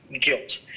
guilt